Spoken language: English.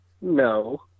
no